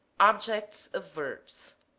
objects of verbs